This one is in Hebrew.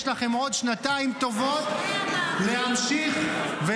יש לכם עוד שנתיים טובות להמשיך -- אשרי המאמין.